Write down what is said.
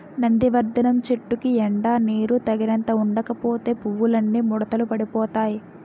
నందివర్థనం చెట్టుకి ఎండా నీరూ తగినంత ఉండకపోతే పువ్వులన్నీ ముడతలు పడిపోతాయ్